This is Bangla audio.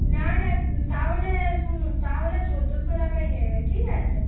না না তাহলে শুনুন তাহলে চোদ্দোশো টাকাই নেবেন ঠিক আছে